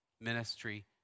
ministry